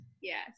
Yes